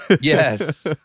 Yes